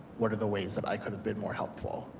what are the ways that i could have been more helpful?